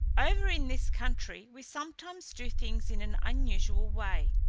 over in this country we sometimes do things in an unusual way.